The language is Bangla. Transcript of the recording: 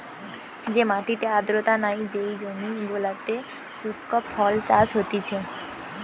যে মাটিতে আর্দ্রতা নাই, যেই জমি গুলোতে শুস্ক ফসল চাষ হতিছে